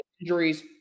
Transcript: injuries